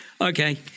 Okay